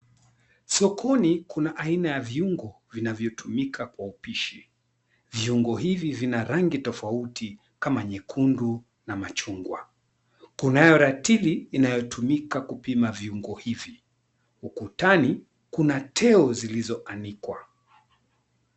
Sokoni kuna aina ya viungo vinavyotumika kwa upishi viungo hivi vina rangi tofauti kama nyekundu na machungwa. Kunayo ratili inayotumika kupima viungo hivi, ukutani kuna, teo zilizoanikwa.